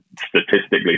statistically